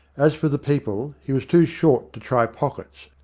as for the people, he was too short to try pockets,